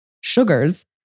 sugars